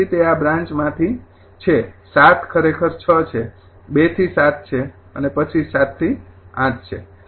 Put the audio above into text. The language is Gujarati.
તેથી તે આ બ્રાન્ચ માંથી છે ૭ ખરેખર ૬ છે ૨ થી ૭ છે અને પછી ૭ થી ૮ છે